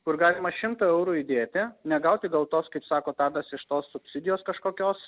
kur galima šimtą eurų įdėti negauti gal tos kaip sako tadas iš tos subsidijos kažkokios